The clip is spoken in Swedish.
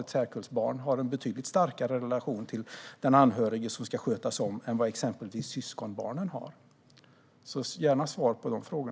Ett särkullbarn har kanske en betydligt starkare relation till den anhörige som ska skötas om än vad exempelvis syskonbarnen har. Jag vill gärna ha svar på dessa frågor.